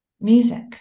Music